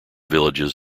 villages